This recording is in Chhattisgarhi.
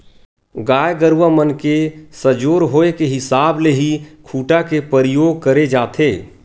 गाय गरुवा मन के सजोर होय के हिसाब ले ही खूटा के परियोग करे जाथे